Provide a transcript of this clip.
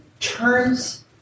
Turns